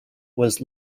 was